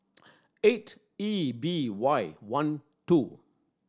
eight E B Y one two